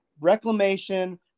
reclamation